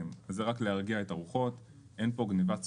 זה רק להרגיע את הרוחות, אין פה גניבת סוסים,